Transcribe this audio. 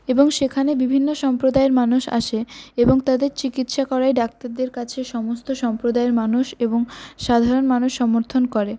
এবং সেখানে বিভিন্ন সম্প্রদায়ের মানুষ আসে এবং তাদের চিকিৎসা করায় ডাক্তারদের কাছে সমস্ত সম্প্রদায়ের মানুষ এবং সাধারণ মানুষ সমর্থন করে